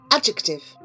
Adjective